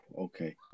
Okay